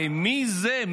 הרי מי זה,